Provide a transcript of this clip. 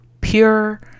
pure